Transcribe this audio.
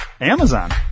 Amazon